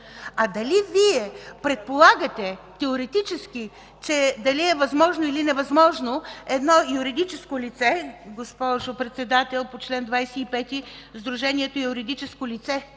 А дали Вие предполагате теоретически, че дали е възможно или е невъзможно едно юридическо лице, госпожо Председател, по чл. 25 сдружението е юридическо лице,